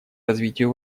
развитию